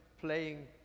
playing